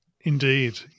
Indeed